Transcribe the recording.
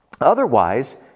Otherwise